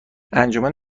انجمن